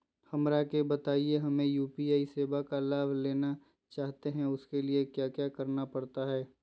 हमरा के बताइए हमें यू.पी.आई सेवा का लाभ लेना चाहते हैं उसके लिए क्या क्या करना पड़ सकता है?